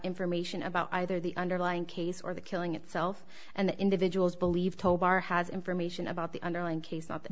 information about either the underlying case or the killing itself and the individuals believe towbar has information about the underlying case not